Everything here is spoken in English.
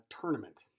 tournament